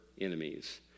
enemies